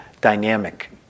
dynamic